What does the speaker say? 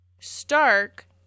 Stark